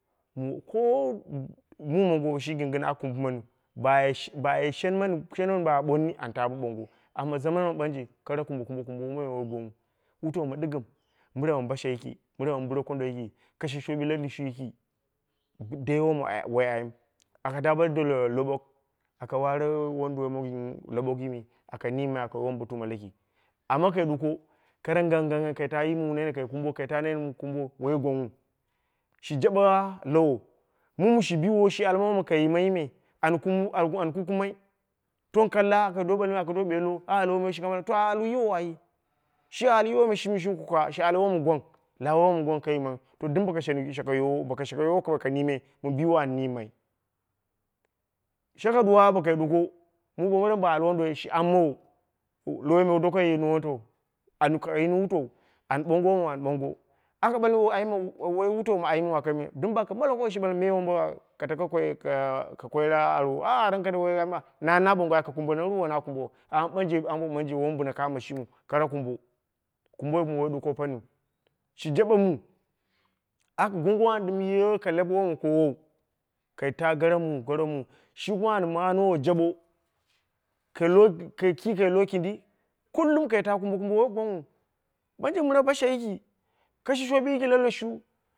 Mu ko mu mongo bo shi gɨn gɨna waka kumbɨ maniu baye baye she shenmani ba ɓooni an ta bo ɓoongo amma zaman mɨ ɓanje kara kumbo kumbo mammai woi gwangnghu, wutau ma ɗɨgɨm wutau basha yiki ma bɨrakondo yiki, kashe shoowi la lushu yiki dai woma wai ayim, aka ta bo dele leɓok a waare wonduwoi mon loɓoki me aka nɨmmai wai wombotuma laki amma kai ɗuk kara gangganggang kai tayi mu nene kai kumbo, kai tayi mu nene kai kumbo woi gwangnghu shi jaɓe a lowo mum shi biwo shi al wom kai yimaiyi me on kukumai, tong kalla ado balmai aka do ɓello to a ali yiwo ai shi a ali yiwo shi kuka a ɓale wom gwang la woi wom gwang kai yimau dɨm boko shake yoowo boko shalle yoowo ka niime mɨ biwo an niimmai. Shaka ɗuwa bokai ɗuko mɨɓambɨram ba al wonduwoi shi ammo wo, lowoi doko yini wutau, anya ka yi wutau an lau womu an boongo, aka ɓalmai woi ayim mu wutau aka yimai ɗɨm baka ɓale me wom an ɓoongo woi wutau ma ayimu aka yimai ɗɨm ba balwo me woi ka taka koika koi la arwo ah rankadade woi, na na ɓoonga ai ka kumbene ru woi kai kumbanau amma ɓanje ambo mɨ ɓanje woi wun ɓɨna kamo shi miu kara kumbo, kumboi me woi ɗuko paniu shi jaɓe mu, aka gongo ka lab woma ye ka lab woma koowou kai ta gara mu goro mu, shi kuma an manɨ mowo jaɓo ka lo ki kai lowo kindi kul bo kai ta kumbo kumbo woi gwangnghu ɓanje mɨra basha yiki kashe shoobi yiki la lushu